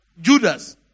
Judas